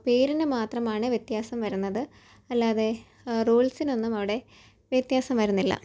പേരിന് മാത്രമാണ് വ്യത്യാസം വരുന്നത് അല്ലാതെ റൂൾസിനൊന്നും അവിടെ വ്യത്യാസം വരുന്നില്ല